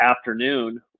afternoon